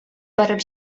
барып